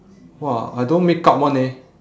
!wow! I don't makeup one eh